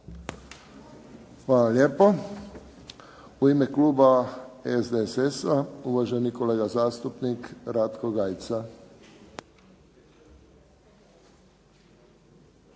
Hvala lijepo. U ime kluba HNS-a, uvažena kolegica zastupnica Vesna